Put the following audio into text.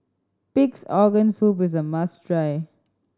Pig's Organ Soup is a must try